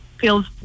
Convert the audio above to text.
feels